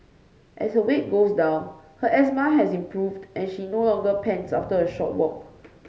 as her weight goes down her asthma has improved and she no longer pants after a short walk